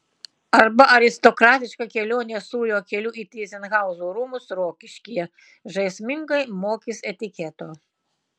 arba aristokratiška kelionė sūrio keliu į tyzenhauzų rūmus rokiškyje žaismingai mokys etiketo